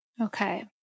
Okay